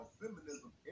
feminism